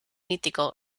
mítico